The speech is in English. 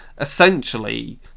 essentially